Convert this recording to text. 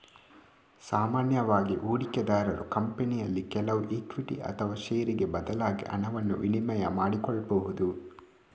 ಸಾಮಾನ್ಯವಾಗಿ ಹೂಡಿಕೆದಾರರು ಕಂಪನಿಯಲ್ಲಿ ಕೆಲವು ಇಕ್ವಿಟಿ ಅಥವಾ ಷೇರಿಗೆ ಬದಲಾಗಿ ಹಣವನ್ನ ವಿನಿಮಯ ಮಾಡಿಕೊಳ್ಬಹುದು